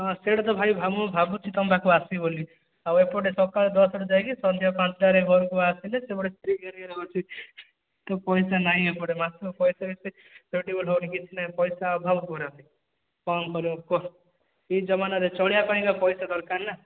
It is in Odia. ହଁ ସେଇଟା ତ ଭାଇ ମୁଁ ଭାବୁଛି ତମ ପାଖକୁ ଆସିବି ବୋଲି ଆଉ ଏପଟେ ସକାଳ ଦଶ ରେ ଯାଇକି ସନ୍ଧ୍ୟା ପାଞ୍ଚଟାରେ ଘରକୁ ଆସିଲେ ସେପଟେ ସ୍ତ୍ରୀ ଗେରେଗେରେ ହେଉଛି ତ ପଇସା ନାହିଁ ଏପଟେ ମାସକୁ ପଇସା ଅଭାବ ପୁରା କଣ କରିବ କୁହ ଏ ଜମାନରେ ଚଳିବା ପାଇଁ ଯେ ପଇସା ଦରକାର ନା